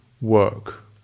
work